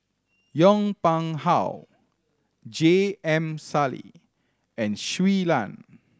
Yong Pung How J M Sali and Shui Lan